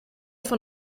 van